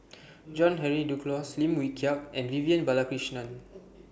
John Henry Duclos Lim Wee Kiak and Vivian Balakrishnan